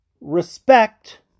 Respect